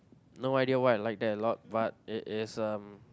no idea why I like that a lot but it is um